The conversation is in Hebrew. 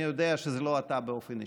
אני יודע שזה לא אתה באופן אישי: